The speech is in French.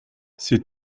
c’est